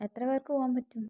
എത്ര പേർക്ക് പോകാൻ പറ്റും